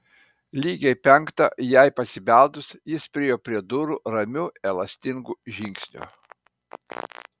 lygiai penktą jai pasibeldus jis priėjo prie durų ramiu elastingu žingsniu